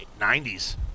90s